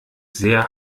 sehr